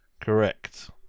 Correct